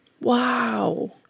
Wow